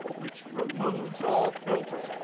which removes all filters.